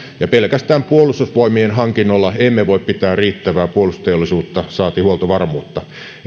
pelkästään puolustusvoimien hankinnoilla emme voi pitää riittävää puolustusteollisuutta saati huoltovarmuutta